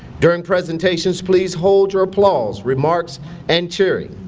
during presentations please hold your applause, remarks and cheering.